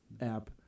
app